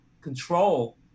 control